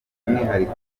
umwihariko